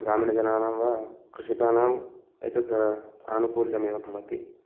ग्रामीणजनानां वा कृषकाणाम् एतद् आनुकूल्यम् एव भवति